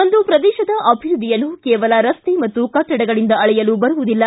ಒಂದು ಪ್ರದೇಶದ ಅಭಿವೃದ್ಧಿಯನ್ನು ಕೇವಲ ರಸ್ತೆ ಮತ್ತು ಕಟ್ಟಡಗಳಿಂದ ಅಳೆಯಲು ಬರುವುದಿಲ್ಲ